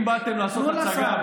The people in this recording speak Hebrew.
תנו לשר.